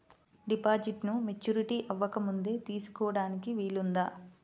డిపాజిట్ను మెచ్యూరిటీ అవ్వకముందే తీసుకోటానికి వీలుందా?